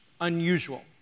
unusual